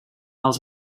els